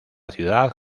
ciudad